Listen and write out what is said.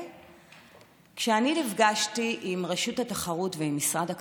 אני נפגשתי עם רשות התחרות ועם משרד הכלכלה.